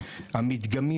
המדגמי,